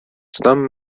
znam